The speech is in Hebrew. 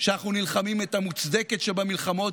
שאנחנו נלחמים את המוצדקת שבמלחמות,